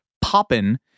Poppin